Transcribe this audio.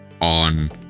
on